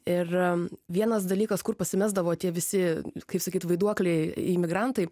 ir vienas dalykas kur pasimesdavo tie visi kaip sakyt vaiduokliai imigrantai